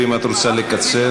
ואם את רוצה לקצר,